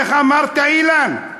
איך אמרת, אילן?